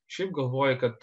šiaip galvoji kad